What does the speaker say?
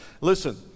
Listen